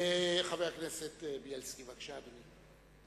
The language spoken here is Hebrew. חבר הכנסת בילסקי, בבקשה, אדוני.